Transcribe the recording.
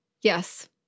Yes